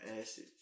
acid